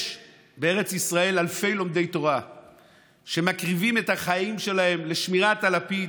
יש בארץ ישראל אלפי לומדי תורה שמקריבים את החיים שלהם לשמירת הלפיד,